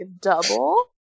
double